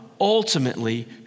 ultimately